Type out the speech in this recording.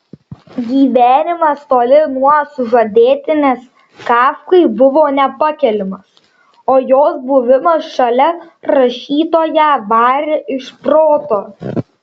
gyvenimas toli nuo sužadėtinės kafkai buvo nepakeliamas o jos buvimas šalia rašytoją varė iš proto